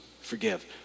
forgive